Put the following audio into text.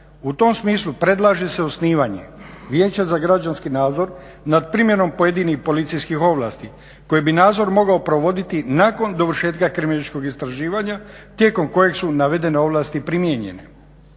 U tom smislu predlaže se osnivanje Vijeća za građanski nadzor nad primjenom pojedinih policijskih ovlasti koji bi nadzor mogao provoditi nakon dovršetka kriminalističkog istraživanja tijekom kojeg su navedene ovlasti primijenjene.